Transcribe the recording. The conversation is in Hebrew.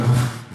מה?